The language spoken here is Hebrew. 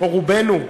או רובנו,